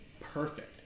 perfect